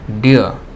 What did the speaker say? dear